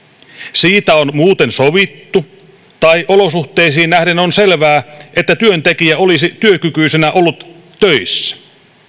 siitä on muuten sovittu tai olosuhteisiin nähden on selvää että työntekijä olisi työkykyisenä ollut töissä